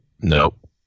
Nope